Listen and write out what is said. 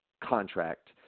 contract